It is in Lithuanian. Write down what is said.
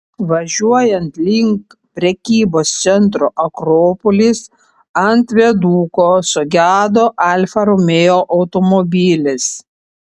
važiuojant link prekybos centro akropolis ant viaduko sugedo alfa romeo automobilis